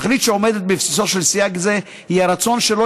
התכלית שעומדת בבסיסו של סייג זה היא הרצון שלא